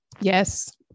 Yes